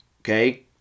okay